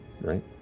right